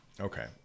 Okay